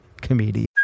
comedian